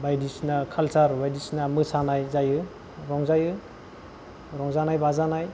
बायदिसिना काल्चार बायदिसिना मोसानाय जायो रंजायो रंजानाय बाजानाय